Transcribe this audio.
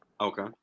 Okay